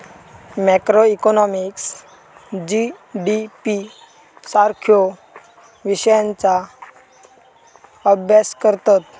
macroeconomist GDP सारख्यो विषयांचा अभ्यास करतत